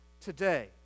today